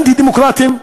אנטי-דמוקרטיים.